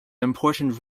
important